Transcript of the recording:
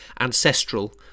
ancestral